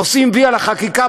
עושים "וי" על החקיקה,